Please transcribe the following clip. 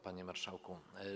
Panie Marszałku!